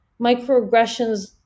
microaggressions